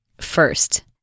First